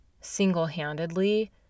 single-handedly